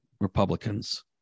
Republicans